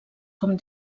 com